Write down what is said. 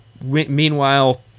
meanwhile